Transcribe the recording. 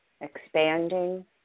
expanding